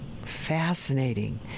Fascinating